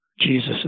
Jesus